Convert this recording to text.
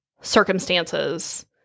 circumstances